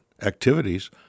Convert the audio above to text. Activities